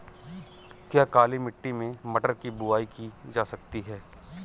क्या काली मिट्टी में मटर की बुआई की जा सकती है?